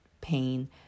pain